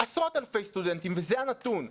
עשרות אלפי סטודנטים וזה הנתון,